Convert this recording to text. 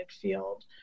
field